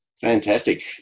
Fantastic